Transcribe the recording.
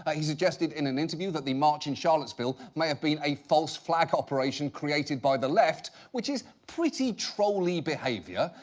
ah he suggested in an interview that the march in charlottesville may have been a false flag operation created by the left, which is pretty troll-y behavior.